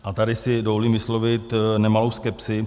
A tady si dovolím vyslovit nemalou skepsi.